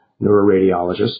neuroradiologist